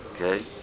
Okay